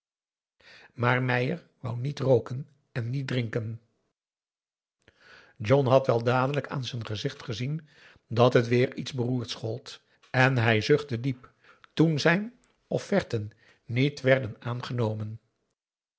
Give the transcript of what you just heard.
maar meier wou niet rooken en niet drinken john had wel dadelijk aan z'n gezicht gezien dat het weer iets beroerds gold en hij zuchtte diep toen zijn offerten niet werden aangenomen